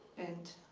and